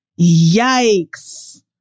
yikes